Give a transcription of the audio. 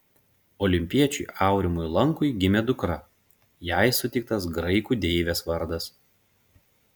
olimpiečiui aurimui lankui gimė dukra jai suteiktas graikų deivės vardas